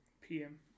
PM